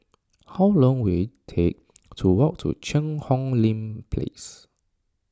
how long will it take to walk to Cheang Hong Lim Place